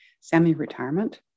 semi-retirement